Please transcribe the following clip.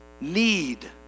need